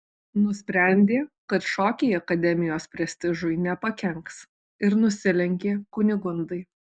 nusprendė kad šokiai akademijos prestižui nepakenks ir nusilenkė kunigundai